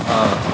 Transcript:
ఆ